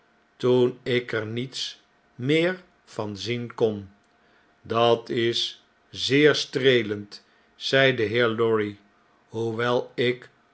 toen ik er niets meer van zien kon dat is zeer streelend zei de heer lorry hoewel ik